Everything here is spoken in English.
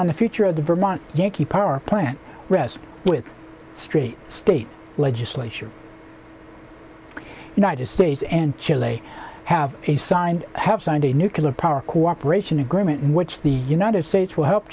on the future of the vermont yankee power plant rests with st state legislature united states and chile have signed have signed a nuclear power cooperation agreement in which the united states will help